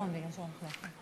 אם אתם רוצים להיות קפיטליסטים,